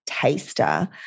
taster